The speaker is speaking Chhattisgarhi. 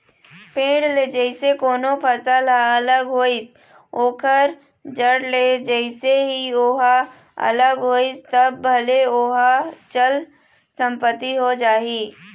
पेड़ ले जइसे कोनो फसल ह अलग होइस ओखर जड़ ले जइसे ही ओहा अलग होइस तब भले ओहा चल संपत्ति हो जाही